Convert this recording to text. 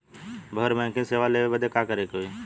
घर बैकिंग सेवा लेवे बदे का करे के होई?